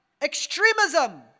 extremism